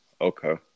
okay